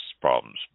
problems